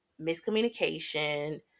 miscommunication